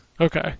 Okay